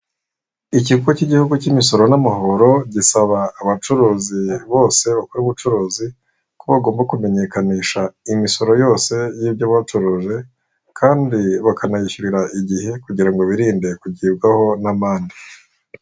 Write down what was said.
Ikigo cy'igihugu cy'imisoro n'amahoro, gisaba abacuruzi bose bakora ubucuruzi ko bagomba kumenyekanisha imisoro yose y'ibyo bacuruje, kandi bakanayishyurira igihe kugira ngo birinde kugibwaho n'amande.